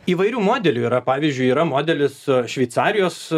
įvairių modelių yra pavyzdžiui yra modelis šveicarijos